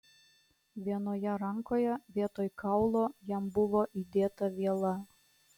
vienoje rankoje vietoj kaulo jam buvo įdėta viela